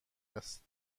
است